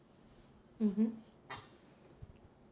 mmhmm